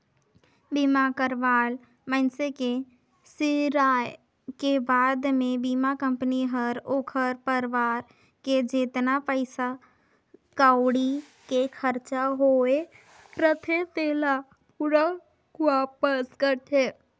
बीमा करवाल मइनसे के सिराय के बाद मे बीमा कंपनी हर ओखर परवार के जेतना पइसा कउड़ी के खरचा होये रथे तेला पूरा वापस करथे